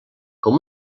com